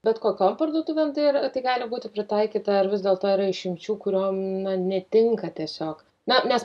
bet kokion parduotuvėn ir tai gali būti pritaikyta ar vis dėlto yra išimčių kuriom na netinka tiesiog na nes